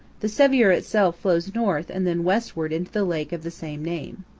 the sevier itself flows north and then westward into the lake of the same name.